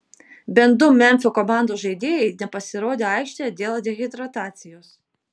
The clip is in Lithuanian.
bent du memfio komandos žaidėjai nepasirodė aikštėje dėl dehidratacijos